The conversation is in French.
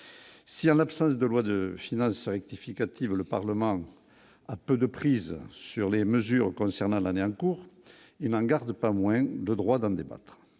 si, en l'absence de loi de finale ça rectificative, le parlement a peu de prise sur les mesures concernant l'année en cours, il n'en garde pas moins le droit d'en débattre